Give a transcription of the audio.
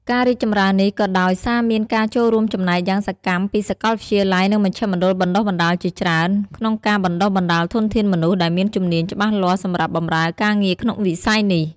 ការរីកចម្រើននេះក៏ដោយសារមានការចូលរួមចំណែកយ៉ាងសកម្មពី សាកលវិទ្យាល័យ និងមជ្ឈមណ្ឌលបណ្ដុះបណ្ដាលជាច្រើន ក្នុងការបណ្ដុះបណ្ដាលធនធានមនុស្សដែលមានជំនាញច្បាស់លាស់សម្រាប់បម្រើការងារក្នុងវិស័យនេះ។